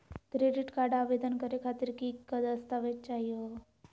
Credit card आवेदन करे खातीर कि क दस्तावेज चाहीयो हो?